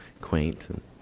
quaint